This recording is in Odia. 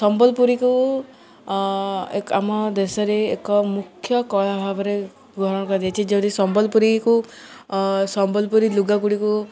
ସମ୍ବଲପୁରୀକୁ ଆମ ଦେଶରେ ଏକ ମୁଖ୍ୟ କଳା ଭାବରେ ଗ୍ରହଣ କରାଯାଇଛି ଯଦି ସମ୍ବଲପୁରୀକୁ ସମ୍ବଲପୁରୀ ଲୁଗା ଗୁଡ଼ିକୁ